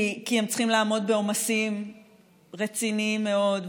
כי הם צריכים לעמוד בעומסים רציניים מאוד,